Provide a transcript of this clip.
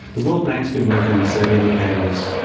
the world bank's been working on a set of indicators,